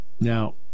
Now